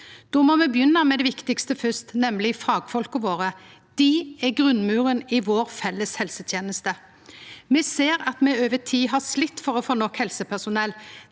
Då må me begynne med det viktigaste fyrst, nemleg fagfolka våre. Dei er grunnmuren i den felles helsetenesta vår. Me ser at me over tid har slitt med å få nok helsepersonell.